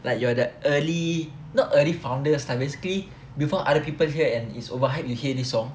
like you are that early not early founders ah basically before other people hear and it's overhyped you hear this